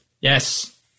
Yes